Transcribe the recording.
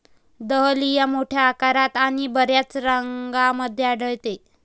dahlia मोठ्या आकारात आणि बर्याच रंगांमध्ये आढळते